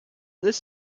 this